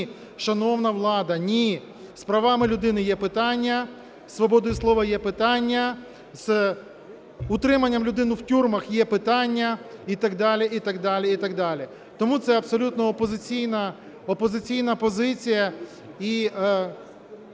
ні, шановна влада, ні, з правами людини є питання, зі свободою слова є питання, з утриманням людини в тюрмах є питання і так далі, і так далі, і так далі. Тому це абсолютно опозиційна позиція.